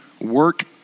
work